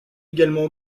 également